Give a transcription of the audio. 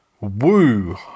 Woo